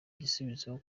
igisubizo